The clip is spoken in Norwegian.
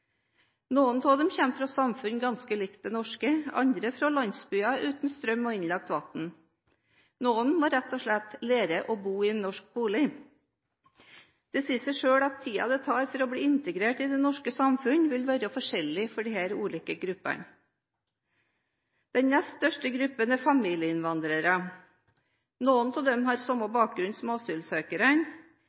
Noen av dem kommer fra samfunn ganske likt det norske, andre fra landsbyer uten strøm og innlagt vann. Noen må rett og slett lære å bo i en norsk bolig. Det sier seg selv at tiden det tar for å bli integrert i det norske samfunnet, vil være forskjellig for disse ulike gruppene. Den nest største gruppen er familieinnvandrere. Noen av dem har samme bakgrunn som